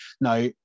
Now